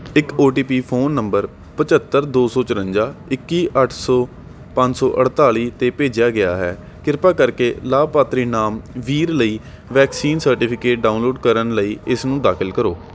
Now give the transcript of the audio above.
ਇੱਕ O T P phone number ਪਝੱਤਰ ਦੋ ਸੌ ਚੁਰੰਜਾ ਇੱਕੀ ਅੱਠ ਸੌ ਪੰਜ ਸੌ ਅਠਤਾਲੀ 'ਤੇ ਭੇਜਿਆ ਗਿਆ ਹੈ ਕਿਰਪਾ ਕਰਕੇ ਲਾਭਪਾਤਰੀ ਨਾਮ ਵੀਰ ਲਈ ਵੈਕਸੀਨ ਸਰਟੀਫਿਕੇਟ ਡਾਊਨਲੋਡ ਕਰਨ ਲਈ ਇਸਨੂੰ ਦਾਖਲ ਕਰੋ